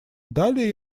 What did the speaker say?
далее